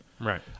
Right